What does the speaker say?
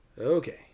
okay